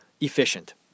efficient